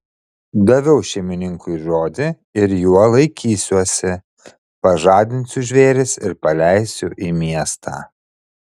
daviau šeimininkui žodį ir jo laikysiuosi pažadinsiu žvėris ir paleisiu į miestą